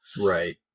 Right